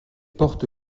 porte